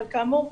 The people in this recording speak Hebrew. כאמור,